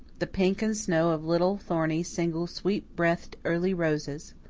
the pink-and-snow of little, thorny, single, sweetbreathed early roses.